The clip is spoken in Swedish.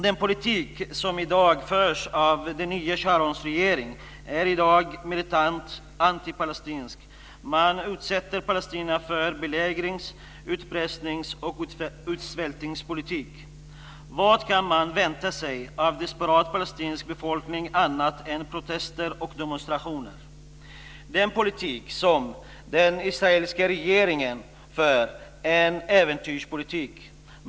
Den politik som i dag förs av den nytillsatta Sharonregeringen är militant antipalestinsk. Man utsätter palestinierna för en belägrings-, utpressnings och utsvältningspolitik. Vad kan man vänta sig av en desperat palestinsk befolkning annat än protester och demonstrationer? Den politik som den israeliska regeringen för är en äventyrspolitik.